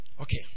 Okay